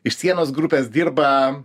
iš sienos grupės dirba